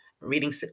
Reading